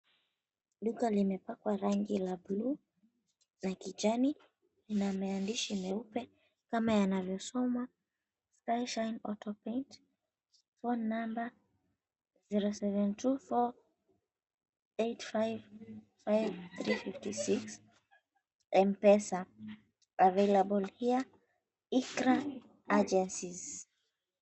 Duka limepakwa rangi la buluu, ya kijani inamahandishi meupe kama yanavyosomwa Sumo Autopaint, phone number 0724855356 Mpesa available here Iqra Agencies .